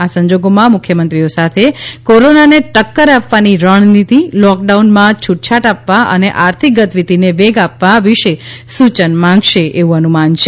આ સંજોગોમાં મુખ્યમંત્રીઓ સાથે કોરોનાને ટક્કર આ વાની રણનીતિ લોકડાઉનમાં છૂટછાટ આ વા અને આર્થિક ગતિવિધિને વેગ આપ વા વિશે સુચન માંગશે એવું અનુમાન છે